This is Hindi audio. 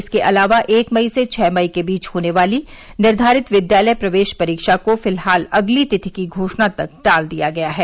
इसके अलावा एक मई से छह मई के बीच होने वाली निर्धारित विद्यालय प्रवेश परीक्षा को फिलहाल अगली तिथि की घोषणा तक टाल दिया गया है